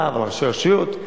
עליו, על ראשי הרשויות,